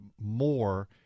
more